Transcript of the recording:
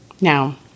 Now